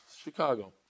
Chicago